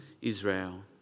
Israel